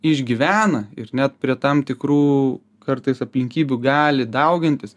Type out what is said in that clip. išgyvena ir net prie tam tikrų kartais aplinkybių gali daugintis